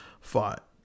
fought